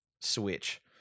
switch